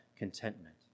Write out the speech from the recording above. Contentment